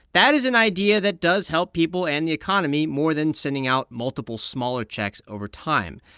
that is an idea that does help people and the economy more than sending out multiple smaller checks over time.